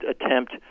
attempt